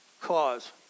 cause